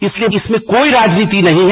इसलिए इसमें कोई राजनीति नहीं है